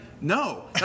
no